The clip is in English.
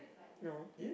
no